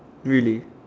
really